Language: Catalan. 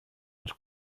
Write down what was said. ens